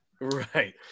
Right